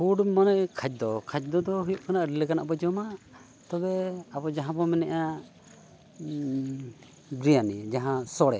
food ᱢᱟᱱᱮ ᱠᱷᱟᱫᱽᱫᱚ ᱠᱷᱟᱫᱽᱫᱚ ᱫᱚ ᱦᱩᱭᱩᱜ ᱠᱟᱱᱟ ᱟᱹᱰᱤ ᱞᱮᱠᱟᱱᱟᱜ ᱵᱚ ᱡᱚᱢᱟ ᱛᱚᱵᱮ ᱟᱵᱚ ᱡᱟᱦᱟᱸ ᱵᱚ ᱢᱮᱱᱮᱜᱼᱟ ᱵᱤᱨᱤᱭᱟᱱᱤ ᱡᱟᱦᱟᱸ ᱥᱚᱲᱮ